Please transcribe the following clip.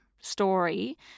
story